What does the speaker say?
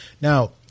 Now